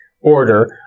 order